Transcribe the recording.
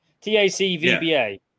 T-A-C-V-B-A